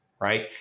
right